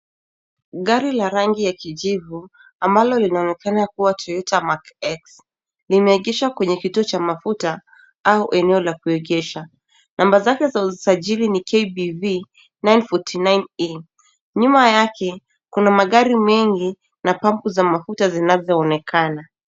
Gari la rangi ya kijivu, ambalo linaonekana kua Toyota Mac X, limeegeshwa kwenye kituo cha mafuta au eneo la kuegesha. Namba zake za usajili ni KBV 949A. Nyuma yake kuna magari mengi, na pambu za mafuta zinazoonekana.